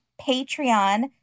Patreon